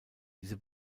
diese